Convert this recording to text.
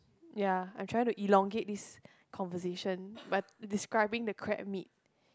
ya I'm trying to elongate this conversation by describing the crab meat